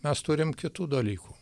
mes turim kitų dalykų